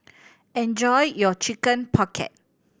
enjoy your Chicken Pocket